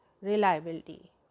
reliability